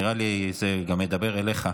נראה לי שזה מדבר גם אליך.